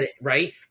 Right